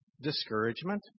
discouragement